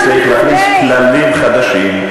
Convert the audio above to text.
וצריך להכניס כללים חדשים,